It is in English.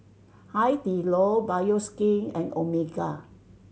Hai Di Lao Bioskin and Omega